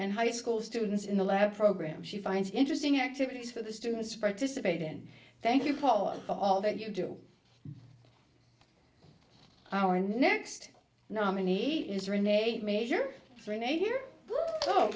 and high school students in the lab program she finds interesting activities for the students participate in thank you paula for all that you do our next nominee is renee major